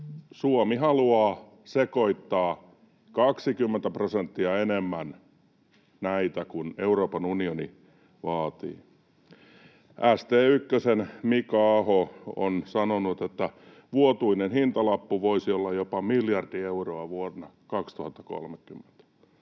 Suomi haluaa sekoittaa näitä 20 prosenttia enemmän kuin Euroopan unioni vaatii. St1:n Mika Aho on sanonut, että vuotuinen hintalappu voisi olla jopa miljardi euroa vuonna 2030.